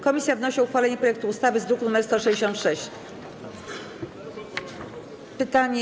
Komisja wnosi o uchwalenie projektu ustawy z druku nr 166. Pytanie.